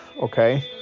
okay